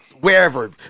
wherever